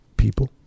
people